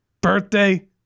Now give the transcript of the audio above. birthday